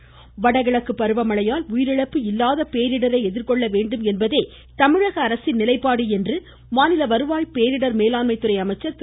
தமிழகத்தில் வடகிழக்கு பருவமழையால் உயிரிழப்பு இல்லாத பேரிடரை எதிர்கொள்ள வேண்டும் என்பதே அரசின் நிலை என்று மாநில வருவாய் பேரிடர் மேலாண்மைத்துறை அமைச்சர் திரு